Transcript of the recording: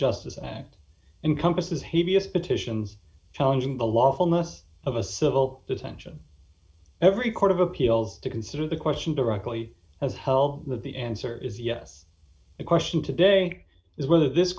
justice act encompasses he vs petitions challenging the lawfulness of a civil detention every court of appeals to consider the question directly as hell that the answer is yes the question today is whether this